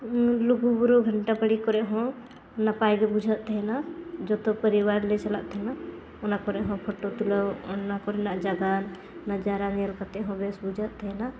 ᱞᱩᱜᱩᱵᱩᱨᱩ ᱜᱷᱟᱱᱴᱟ ᱵᱟᱹᱲᱮ ᱠᱚᱨᱮ ᱦᱚᱸ ᱱᱟᱯᱟᱭ ᱜᱮ ᱵᱩᱡᱷᱟᱹᱜ ᱛᱟᱦᱮᱱᱟ ᱡᱚᱛᱚ ᱯᱚᱨᱤᱵᱟᱨ ᱞᱮ ᱪᱟᱞᱟᱜ ᱛᱟᱦᱮᱱᱟ ᱚᱱᱟ ᱠᱚᱨᱮ ᱦᱚᱸ ᱯᱷᱚᱴᱳ ᱛᱩᱞᱟᱹᱣ ᱚᱱᱟ ᱠᱚᱨᱮᱱᱟᱜ ᱡᱟᱭᱜᱟ ᱱᱟᱡᱟᱨᱟ ᱧᱮᱞ ᱠᱟᱛᱮ ᱦᱚᱸ ᱵᱮᱥ ᱵᱩᱡᱷᱟᱹᱜ ᱛᱟᱦᱮᱱᱟ